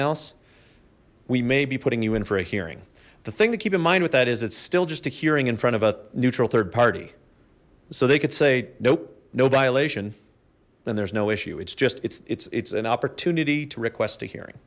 else we may be putting you in for a hearing the thing to keep in mind with that is it's still just a hearing in front of a neutral third party so they could say nope no violation then there's no issue it's just it's it's it's an opportunity to request a hearing